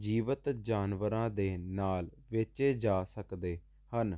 ਜੀਵਤ ਜਾਨਵਰਾਂ ਦੇ ਨਾਲ ਵੇਚੇ ਜਾ ਸਕਦੇ ਹਨ